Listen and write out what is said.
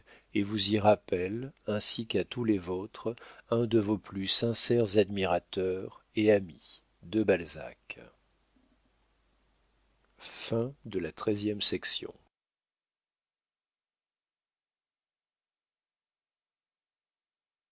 et vous y rappelle ainsi qu'à tous les vôtres un de vos plus sincères admirateurs et amis de balzac